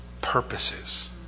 purposes